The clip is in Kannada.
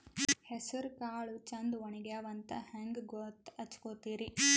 ಹೆಸರಕಾಳು ಛಂದ ಒಣಗ್ಯಾವಂತ ಹಂಗ ಗೂತ್ತ ಹಚಗೊತಿರಿ?